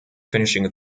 finishing